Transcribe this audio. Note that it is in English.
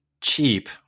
cheap